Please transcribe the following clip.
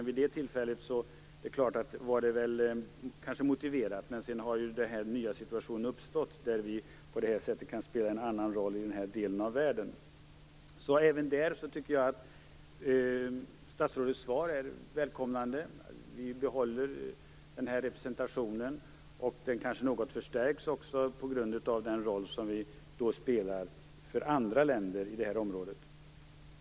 Vid det tillfället var det kanske motiverat, men sedan har den nya situationen uppstått som gör att vi kan spela en annan roll i den här delen av världen. Även här tycker jag att statsrådets svar är välkommet, dvs. att vi behåller representationen och att den kanske också förstärks något på grund av den roll som vi spelar för andra länder.